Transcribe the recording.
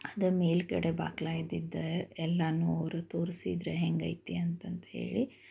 ಅದು ಮೇಲುಗಡೆ ಬಾಗ್ಲ ಇದ್ದಿದ್ದು ಎಲ್ಲನು ಅವರು ತೋರಿಸಿದರು ಹೆಂಗೈತೆ ಅಂತಂತ್ಹೇಳಿ